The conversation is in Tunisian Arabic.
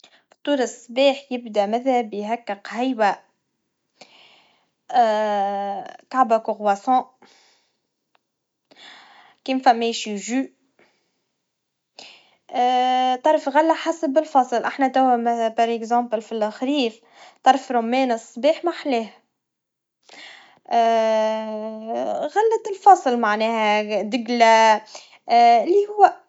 فطور الصباح يبدا ماذا بي هكا قهيوا, كاب كورواسون, كيم فامي شوجو, طرف غلة حسب الفصل, إحنا توا على سبيل المثال في الخريف, طرف رمان الصباح ممحلاه, غلة الفصل معناها, ديجلا, اللي هوا.